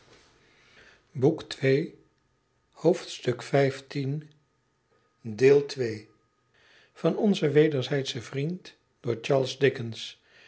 vrie onze wederzijdsche vriend door charles dickens